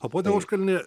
o pone užkalni